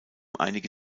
einige